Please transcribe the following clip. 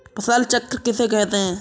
फसल चक्र किसे कहते हैं?